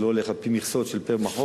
זה לא הולך על-פי מכסות של פר-מחוז.